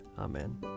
Amen